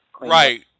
Right